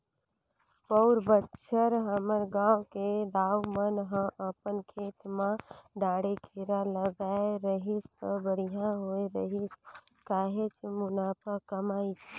पउर बच्छर हमर गांव के दाऊ मन ह अपन खेत म डांड़े केरा लगाय रहिस त बड़िहा होय रहिस काहेच मुनाफा कमाइस